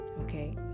okay